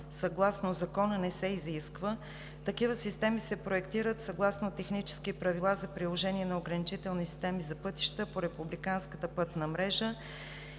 съгласно Закона не се изисква. Такива системи се проектират съгласно техническите правила за приложение на ограничителни системи за пътища по републиканската пътна мрежа